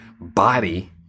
body